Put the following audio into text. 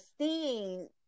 seeing